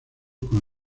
con